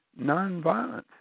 nonviolence